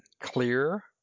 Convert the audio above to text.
clear